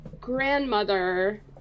grandmother